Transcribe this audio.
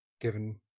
given